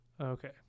okay